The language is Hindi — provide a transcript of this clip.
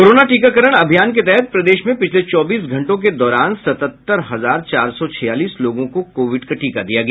कोरोना टीकाकरण अभियान के तहत प्रदेश में पिछले चौबीस घंटों के दौरान सतहत्तर हजार चार सौ छियालीस लोगों को कोविड का टीका दिया गया